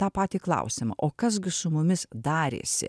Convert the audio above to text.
tą patį klausimą o kas gi su mumis darėsi